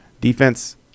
Defense